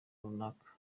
runaka